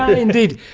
ah indeed,